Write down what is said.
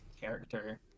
character